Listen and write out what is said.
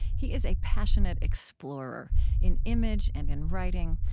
he is a passionate explorer in image and in writing,